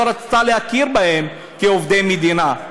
לא רצתה להכיר בהם כעובדי מדינה,